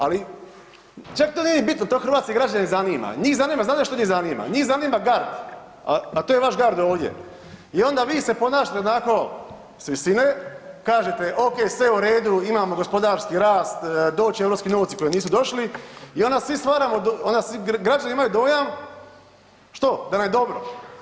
Ali čak to nije ni bitno, to hrvatske građane ne zanima, njih zanima, znate što njih zanima, njih zanima gard, a to je vaš gard ovdje i onda vi se ponašate onako s visine, kažete ok, sve u redu imamo gospodarski rast, doći će europski novci koji nisu došli i onda građani imaju dojam, što, da nam je dobro.